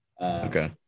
Okay